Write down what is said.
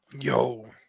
yo